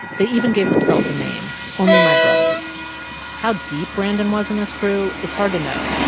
they even gave themselves a name, only my brothers how deep brandon was in this crew, it's hard to know.